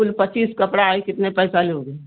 कुल पच्चीस कपड़ा है कितने पैसा लोगे